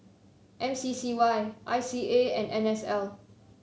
M C C Y I C A and N S L